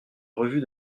revue